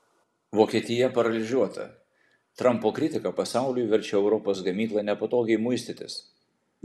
vokietija paralyžiuota trampo kritika pasauliui verčia europos gamyklą nepatogiai muistytis